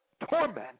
torment